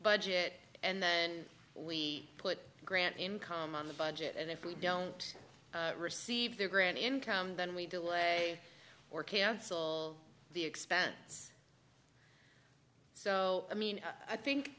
budget and then we put grant income on the budget and if we don't receive the grant income then we delay or cancel the expense so i mean i think